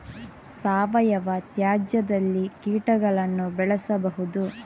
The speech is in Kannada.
ಸಾವಯವ ತ್ಯಾಜ್ಯದಲ್ಲಿ ಕೀಟಗಳನ್ನು ಬೆಳೆಸಬಹುದು